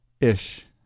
ish